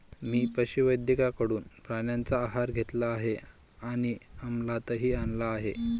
मी पशुवैद्यकाकडून प्राण्यांचा आहार घेतला आहे आणि अमलातही आणला आहे